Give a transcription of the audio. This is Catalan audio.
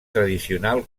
tradicional